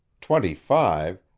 twenty-five